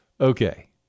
Okay